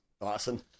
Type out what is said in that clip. awesome